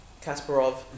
Kasparov